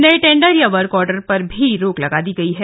नए टेंडर या वर्कआर्डर पर भी रोक लगा दी है